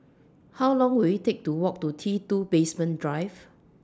How Long Will IT Take to Walk to T two Basement Drive